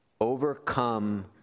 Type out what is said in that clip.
overcome